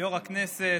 יו"ר הכנסת,